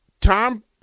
Tom